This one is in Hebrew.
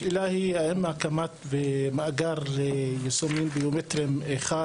השאלה היא איך הקמת מאגר ליישומים ביומטריים אחד,